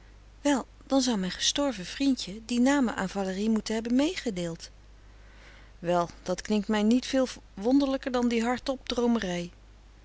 wel dan zou mijn gestorven vriendje die namen aan valérie moeten hebben meegedeeld wel dat klinkt mij niet veel wonderlijker dan die hard-op